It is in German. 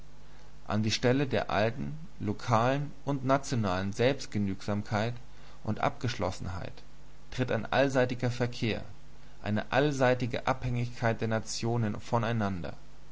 an die stelle der alten lokalen und nationalen selbstgenügsamkeit und abgeschlossenheit tritt ein allseitiger verkehr eine allseitige abhängigkeit der nationen voneinander